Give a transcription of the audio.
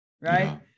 right